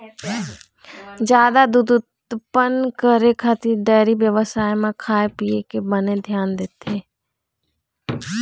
जादा दूद उत्पादन करे खातिर डेयरी बेवसाय म खाए पिए के बने धियान देथे